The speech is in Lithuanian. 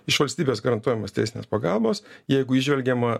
iš valstybės garantuojamos teisinės pagalbos jeigu įžvelgiama